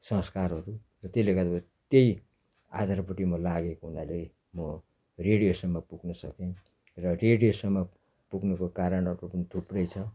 संस्कारहरू र त्यसले गर्दा त्यही आधारपट्टि म लागेको हुनाले म रेडियोसम्म पुग्न सकेँ र रेडियोसम्म पुग्नुको कारणहरू पनि थुप्रै छ